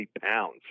pounds